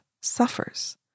suffers